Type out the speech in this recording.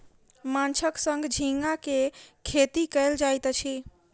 माँछक संग झींगा के खेती कयल जाइत अछि